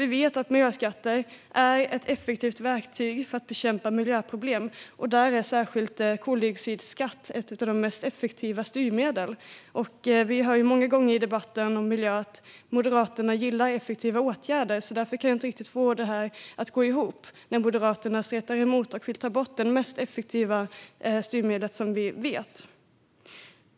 Vi vet att miljöskatter är ett effektivt verktyg för att bekämpa miljöproblem, och särskilt koldioxidskatt är ett av de mest effektiva styrmedlen. Vi hör många gånger i debatten om miljön att Moderaterna gillar effektiva åtgärder. Därför kan jag inte riktigt få det att gå ihop när Moderaterna stretar emot och vill ta bort det mest effektiva styrmedel som vi vet.